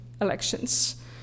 elections